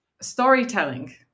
storytelling